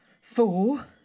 four